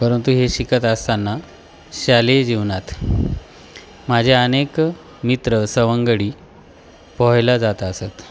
परंतु हे शिकत असताना शालेय जीवनात माझे अनेक मित्र सवंगडी पोहायला जात असत